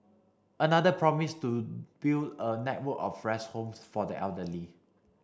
another promised to build a network of rest homes for the elderly